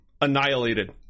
annihilated